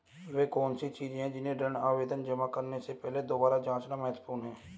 वे कौन सी चीजें हैं जिन्हें ऋण आवेदन जमा करने से पहले दोबारा जांचना महत्वपूर्ण है?